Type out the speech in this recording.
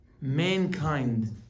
mankind